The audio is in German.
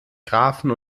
grafen